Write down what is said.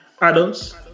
adults